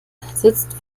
sitzt